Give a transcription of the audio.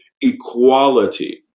equality